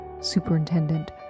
Superintendent